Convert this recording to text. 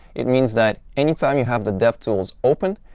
it means that any time you have the devtools open,